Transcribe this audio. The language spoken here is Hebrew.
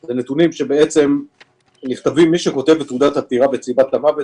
הם נתונים שבעצם מי שכותב בתעודת הפטירה בסיבת המוות,